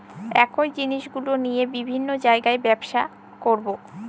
একই জিনিসগুলো নিয়ে বিভিন্ন জায়গায় ব্যবসা করবো